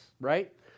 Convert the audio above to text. right